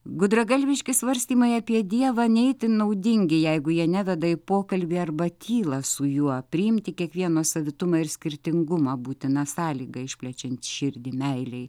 gudragalviški svarstymai apie dievą ne itin naudingi jeigu jie neveda į pokalbį arba tylą su juo priimti kiekvieno savitumą ir skirtingumą būtina sąlyga išplečiant širdį meilei